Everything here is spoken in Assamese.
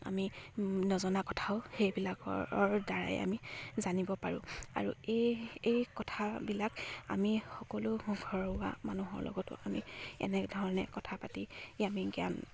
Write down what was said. আমি নজনা কথাও সেইবিলাকৰ দ্বাৰাই আমি জানিব পাৰোঁ আৰু এই এই কথাবিলাক আমি সকলো ঘৰুৱা মানুহৰ লগতো আমি এনেধৰণে কথা পাতি আমি জ্ঞান